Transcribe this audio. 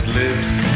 lips